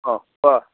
অঁ কোৱা